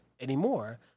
anymore